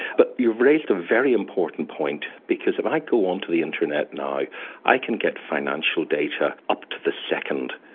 but you've raised a very important point because if i go onto the internet now i can get financial data up to the second.